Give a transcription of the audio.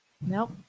nope